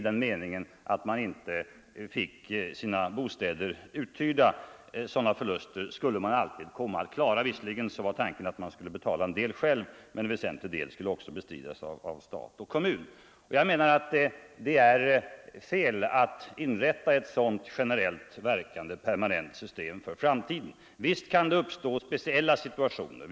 Visserligen var tanken att företagen skulle betala en del själv, men en väsentlig del skulle bestridas av stat och kommun. Jag menar att det är fel att nu inrätta ett sådant generellt verkande permanent system. Visst kan det uppstå speciella situationer.